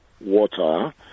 water